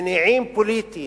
מניעים פוליטיים,